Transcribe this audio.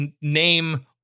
name